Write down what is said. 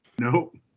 Nope